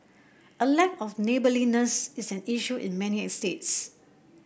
a lack of neighbourliness is an issue in many estates